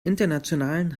internationalem